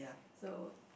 so